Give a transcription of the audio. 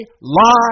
lie